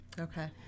Okay